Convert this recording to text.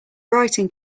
writing